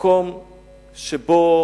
מקום שבו